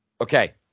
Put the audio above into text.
Okay